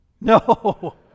No